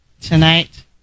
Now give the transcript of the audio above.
tonight